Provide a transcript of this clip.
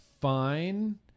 fine